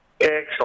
Excellent